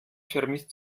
vermisst